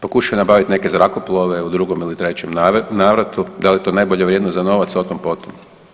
Pokušao je nabaviti neke zrakoplove u drugom ili trećem navratu, da li je to najbolja vrijednost za novac o tom potom.